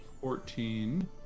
Fourteen